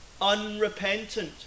unrepentant